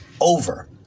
over